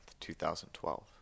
2012